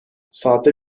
sahte